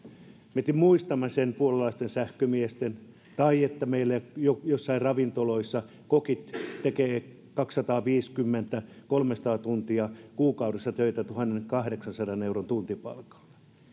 me muistamme puolalaisten sähkömiesten keissin ja että meillä joissain ravintoloissa kokit tekevät kaksisataaviisikymmentä viiva kolmesataa tuntia kuukaudessa töitä tuhannenkahdeksansadan euron kuukausipalkalla